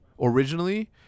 Originally